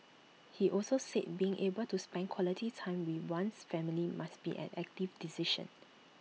he also said being able to spend quality time with one's family must be an active decision